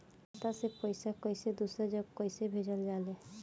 खाता से पैसा कैसे दूसरा जगह कैसे भेजल जा ले?